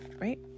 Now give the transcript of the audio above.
right